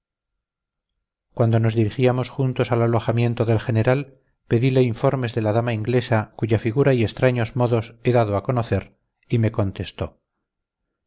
cuando nos dirigíamos juntos al alojamiento del general pedile informes de la dama inglesa cuya figura y extraños modos he dado a conocer y me contestó